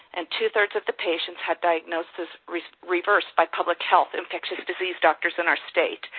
and two three of the patients had diagnosis reversed by public health infectious disease doctors in our state,